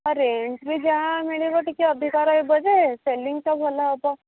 rent ବି ଯାହା ମିଳିବ ଟିକେ ଅଧିକା ରହିବ ଯେ ସେଲିଂ ତ ଭଲ ହେବ